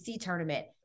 tournament